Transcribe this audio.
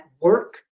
work